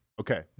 Okay